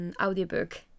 audiobook